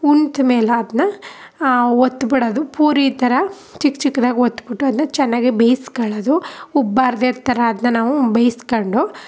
ಉಣ್ತ್ ಮೇಲೆ ಅದನ್ನ ಒತ್ಬಿಡೋದು ಪೂರಿ ಥರ ಚಿಕ್ಕ ಚಿಕ್ದಾಗಿ ಒತ್ತಿಬಿಟ್ಟು ಅದನ್ನ ಚೆನ್ನಾಗಿ ಬೇಯಿಸ್ಕೊಳ್ಳೋದು ಉಬ್ಬಾರ್ದೆತ್ರ ಅದನ್ನ ನಾವು ಬೇಯಿಸ್ಕೊಂಡು